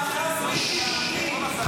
איפה שר האוצר --- איפה שר האוצר?